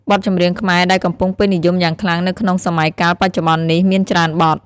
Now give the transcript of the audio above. បទចម្រៀងខ្មែរដែលកំពុងពេញនិយមយ៉ាងខ្លាំងនៅក្នុងសម័យកាលបច្ចុប្បន្ននេះមានច្រើនបទ។